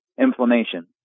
inflammation